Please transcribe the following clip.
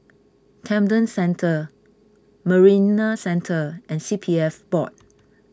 Camden Centre Marina Centre and C P F Board